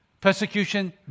persecution